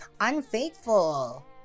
Unfaithful